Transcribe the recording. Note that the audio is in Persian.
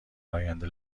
آینده